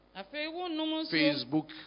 Facebook